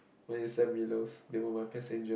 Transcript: when you Sam-Willows they were my passenger